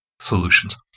solutions